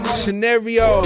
scenario